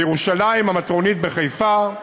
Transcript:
בירושלים, המטרונית בחיפה,